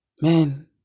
Man